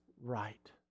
right